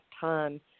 time